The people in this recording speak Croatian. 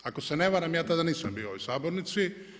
Ako se ne varam, ja tada nisam bio u ovoj sabornici.